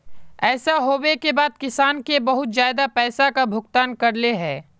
ऐसे होबे के बाद किसान के बहुत ज्यादा पैसा का भुगतान करले है?